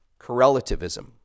correlativism